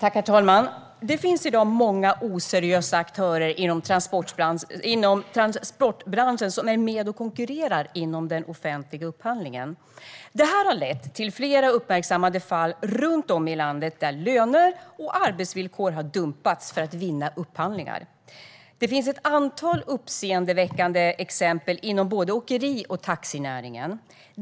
Herr talman! Det finns i dag många oseriösa aktörer inom transportbranschen som är med och konkurrerar inom den offentliga upphandlingen. Det här har lett till flera uppmärksammade fall runt om i landet, där löner och arbetsvillkor har dumpats för att vinna upphandlingar. Det finns ett antal uppseendeväckande exempel inom både åkeri och taxinäringen.